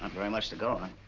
very much to go on.